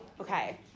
Okay